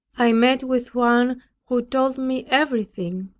i met with one who told me everything.